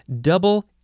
Double